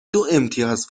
دوامتیاز